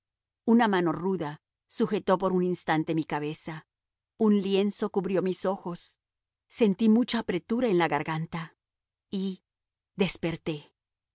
una mano ruda sujetó por un instante mi cabeza un lienzo cubrió mis ojos sentí mucha apretura en la garganta y desperté